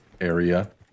area